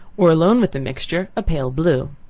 or alone with the mixture, a pale blue.